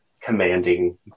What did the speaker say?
commanding